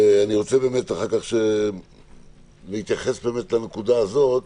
אני רוצה אחר כך להתייחס לנקודה הזאת.